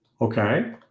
okay